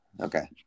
okay